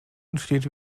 entsteht